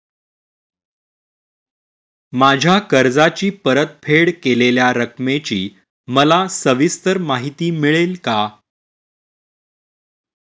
माझ्या कर्जाची परतफेड केलेल्या रकमेची मला सविस्तर माहिती मिळेल का?